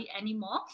anymore